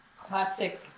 classic